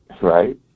right